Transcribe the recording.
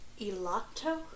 ilato